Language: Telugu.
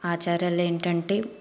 ఆచారాలేంటంటే